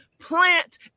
plant